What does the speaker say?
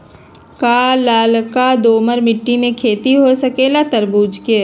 का लालका दोमर मिट्टी में खेती हो सकेला तरबूज के?